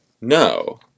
No